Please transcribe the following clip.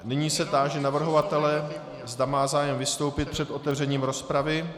Nyní se táži navrhovatele, zda má zájem vystoupit před otevřením rozpravy...